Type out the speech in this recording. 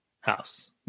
house